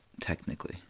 technically